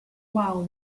vow